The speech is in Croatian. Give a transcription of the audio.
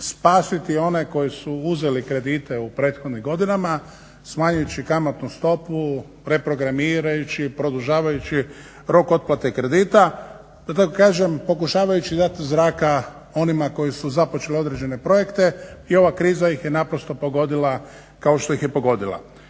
spasiti one koji su uzeli kredite u prethodnim godinama, smanjujući kamatnu stopu, reprogramirajući, produžavajući rok otplate kredita da tako kažem pokušavajući dati zraka onima koji su započeli određene projekte i ova kriza ih je naprosto pogodila kao što ih je pogodila.